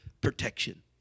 protection